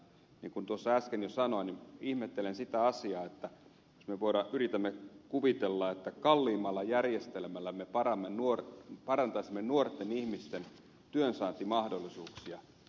niin kuin tuossa äsken jo sanoin ihmettelen sitä asiaa että me yritämme kuvitella että kalliimmalla järjestelmällä me parantaisimme nuorten ihmisten työnsaantimahdollisuuksia